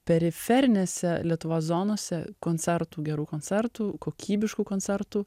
periferinėse lietuvos zonose koncertų gerų koncertų kokybiškų koncertų